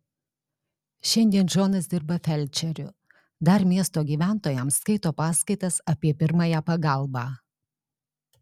šiandien džonas dirba felčeriu dar miesto gyventojams skaito paskaitas apie pirmąją pagalbą